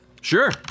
Sure